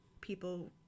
people